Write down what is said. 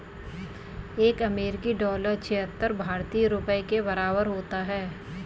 एक अमेरिकी डॉलर छिहत्तर भारतीय रुपये के बराबर होता है